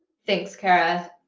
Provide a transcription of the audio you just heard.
thanks, kara.